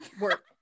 work